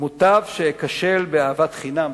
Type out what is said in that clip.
"מוטב שאכשל באהבת חינם